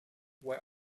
were